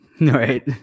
Right